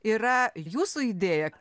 yra jūsų idėja